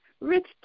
rich